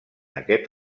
aquest